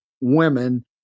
women